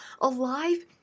alive